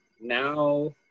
Now